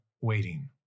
waiting